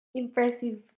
impressive